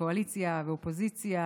וקואליציה ואופוזיציה,